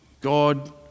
God